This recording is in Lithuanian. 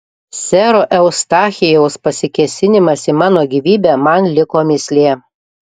sero eustachijaus pasikėsinimas į mano gyvybę man liko mįslė